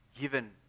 given